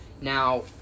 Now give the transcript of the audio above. Now